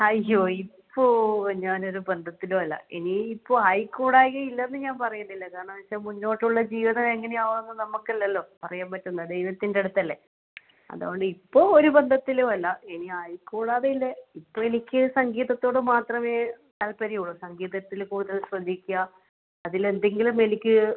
അയ്യോ ഇപ്പോൾ ഞാൻ ഒരു ബന്ധത്തിലുമല്ല ഇനി ഇപ്പോൾ ആയിക്കൂടായ്കയില്ലെന്ന് ഞാൻ പറയുന്നില്ല കാരണം എന്ന് വെച്ചാൽ മുന്നോട്ടുള്ള ജീവിതം എങ്ങനെയാവുമെന്ന് നമുക്ക് അല്ലല്ലോ അറിയാൻ പറ്റുന്നത് ദൈവത്തിൻ്റെ അടുത്തല്ലേ അതുകൊണ്ട് ഇപ്പോൾ ഒരു ബന്ധത്തിലുമല്ല ഇനി ആയിക്കൂടാതെ ഇല്ല ഇപ്പോൾ എനിക്ക് സംഗീതത്തോട് മാത്രമേ താൽപര്യം ഉള്ളൂ സംഗീതത്തിൽ കൂടുതൽ ശ്രദ്ധിക്കുക അതിൽ എന്തെങ്കിലും എനിക്ക്